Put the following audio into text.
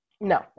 No